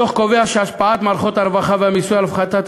הדוח קובע שהשפעת מערכות הרווחה והמיסוי על הפחתת